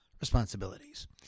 Responsibilities